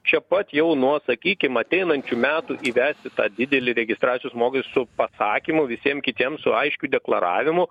čia pat jau nuo sakykim ateinančių metų įvesti tą didelį registracijos mokestį su pasakymu visiem kitiem su aiškiu deklaravimu